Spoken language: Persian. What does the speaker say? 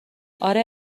آره